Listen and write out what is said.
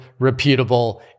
repeatable